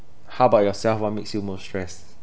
how about yourself what makes you most stressed